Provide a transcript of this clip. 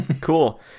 Cool